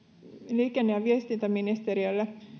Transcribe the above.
liikenne ja viestintäministeriölle